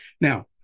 now